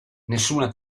nessuna